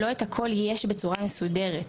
לא את הכול יש בצורה מסודרת.